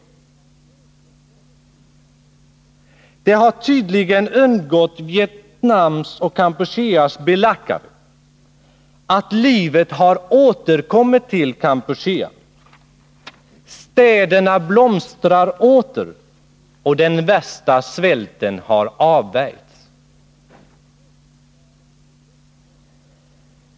Det har undgått Vietnams och Kampucheas belackare att livet har återkommit till Kampuchea, att städerna åter blomstrar och att den värsta svälten har avvärjts.